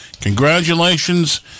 Congratulations